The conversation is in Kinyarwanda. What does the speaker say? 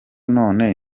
none